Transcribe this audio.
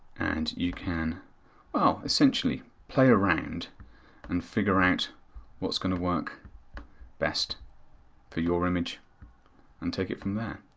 and you can ah essentially play around and figure out what's going to work best for your image and take it from there.